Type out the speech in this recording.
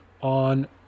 on